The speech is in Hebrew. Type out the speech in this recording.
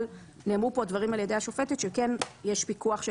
אבל נאמרו פה דברים על-ידי השופטת שיש פיקוח של